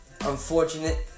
unfortunate